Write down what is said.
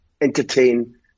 entertain